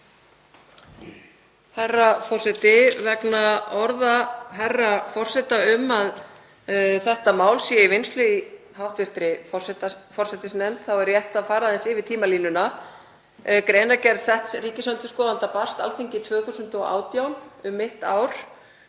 Herra forseti. Vegna orða herra forseta, um að þetta mál sé í vinnslu í hv. forsætisnefnd, er rétt að fara aðeins yfir tímalínuna. Greinargerð setts ríkisendurskoðanda barst Alþingi 2018. Um mitt ár